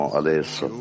adesso